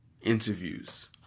interviews